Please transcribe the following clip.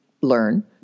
learn